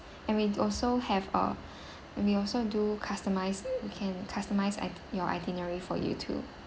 and we also have uh we also do customise we can customise i~ your itinerary for you too